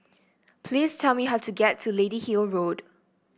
please tell me how to get to Lady Hill Road